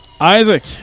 Isaac